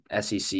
sec